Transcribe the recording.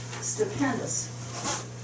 stupendous